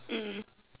mm